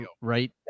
right